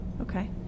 Okay